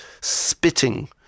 spitting